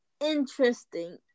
interesting